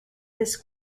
this